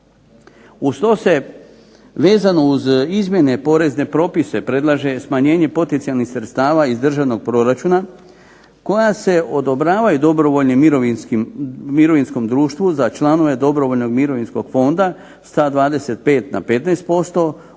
Uz to se vezano uz izmjene porezne propise predlaže smanjenje potencijalnih sredstava iz državnog proračuna koja se odobravaju dobrovoljnim mirovinskom društvu za članove dobrovoljnog mirovinskog fonda sa 25 na 15%